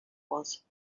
was